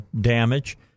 damage